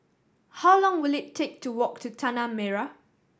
how long will it take to walk to Tanah Merah